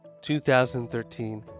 2013